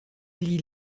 lie